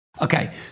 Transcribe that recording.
Okay